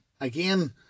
again